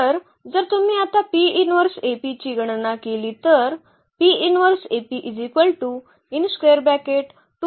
तर जर तुम्ही आता ची गणना केली तर